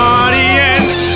audience